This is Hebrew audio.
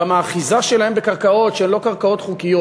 גם האחיזה שלהם בקרקעות שהן לא קרקעות חוקיות.